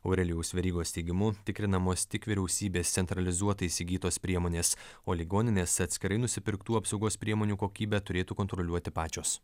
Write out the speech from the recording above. aurelijaus verygos teigimu tikrinamos tik vyriausybės centralizuotai įsigytos priemonės o ligoninės atskirai nusipirktų apsaugos priemonių kokybę turėtų kontroliuoti pačios